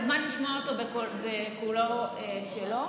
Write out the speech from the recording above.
אתה מוזמן לשמוע אותו בקולו שלו.